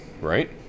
right